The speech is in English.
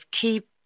Keep